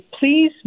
please